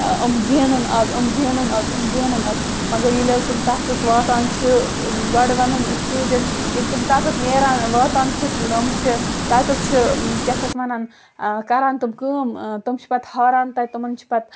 آ یِم زینان اَز یِم زینان از یِم زینان اَز مگر ییٚلہِ حظ تِم تَتٮ۪تھ واتان چھِ گۄڈٕ وَنان أسۍ کِہیٖنٛۍ تہِ نہٕ ییٚلہِ تِم تَتٮ۪تھ نیران واتان چھِ تِم چھِ تَتٮ۪تھ چھِ کیٛاہ چھِ اَتھ وَنان کَران تِم کٲم تِم چھِ پَتہٕ ہاران تَتہِ تِمَن چھِ پَتہٕ